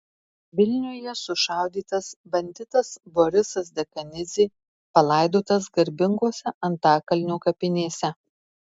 vilniuje sušaudytas banditas borisas dekanidzė palaidotas garbingose antakalnio kapinėse